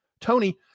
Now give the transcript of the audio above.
Tony